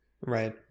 right